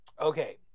Okay